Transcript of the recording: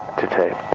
to tape,